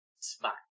spot